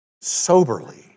soberly